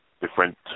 Different